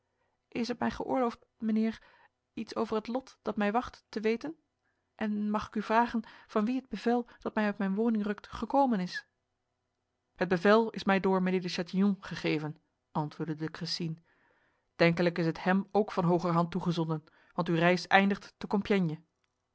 is het mij geoorloofd mijnheer iets over het lot dat mij wacht te weten en mag ik u vragen van wie het bevel dat mij uit mijn woning rukt gekomen is het bevel is mij door mijnheer de chatillon gegeven antwoordde de cressines denkelijk is het hem ook van hogerhand toegezonden want uw reis eindigt te compiègne